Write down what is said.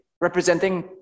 representing